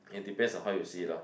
it depends on how you see it lor